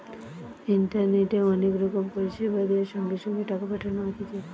ইন্টারনেটে অনেক রকম পরিষেবা দিয়ে সঙ্গে সঙ্গে টাকা পাঠানো হতিছে